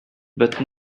but